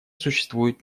существуют